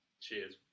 Cheers